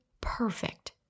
perfect